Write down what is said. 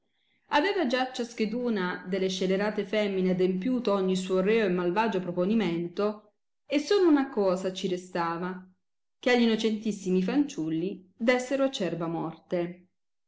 aveva già ciascheduna delle scelerate femine adempiuto ogni suo reo e malvagio proponimento e sola una cosa ci restava che a gli innocentissimi fanciulli dessero acerba morte